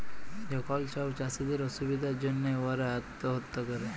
যখল ছব চাষীদের অসুবিধার জ্যনহে উয়ারা আত্যহত্যা ক্যরে